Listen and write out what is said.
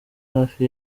hafi